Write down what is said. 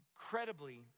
Incredibly